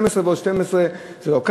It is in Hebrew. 12 ועוד 12 זה לא רצף.